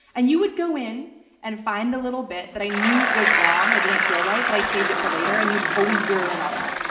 and you would go in and find the little bit that i knew was wrong, that didn't feel right but i saved it for later and you'd always zero in on that.